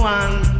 one